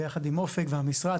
ביחד עם "אופק" והמשרד,